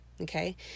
Okay